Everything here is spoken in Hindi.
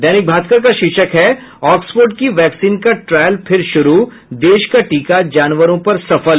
दैनिक भास्कर का शीर्षक है ऑक्सफोर्ड की वैक्सीन का ट्रायल फिर शुरू देश का टीका जानवरों पर सफल